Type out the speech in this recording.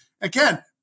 Again